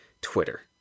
Twitter